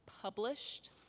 published